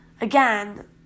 again